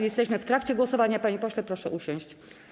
Jesteśmy w trakcie głosowania, panie pośle, proszę usiąść.